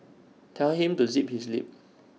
tell him to zip his lip